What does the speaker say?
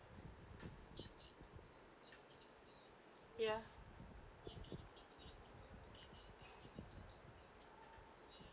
ya